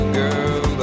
girl